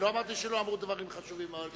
אני לא אמרתי שלא אמרו דברים חשובים מאוד.